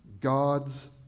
God's